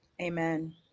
Amen